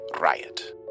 Riot